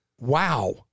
Wow